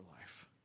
life